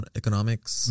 economics